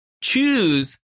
choose